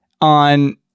on